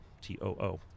T-O-O